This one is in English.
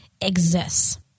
exists